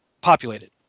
populated